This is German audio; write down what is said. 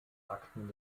akten